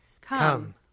Come